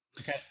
okay